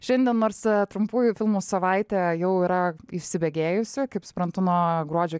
šiandien nors trumpųjų filmų savaitė jau yra įsibėgėjusi kaip suprantu nuo gruodžio